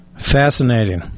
Fascinating